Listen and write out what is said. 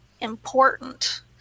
important